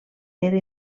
era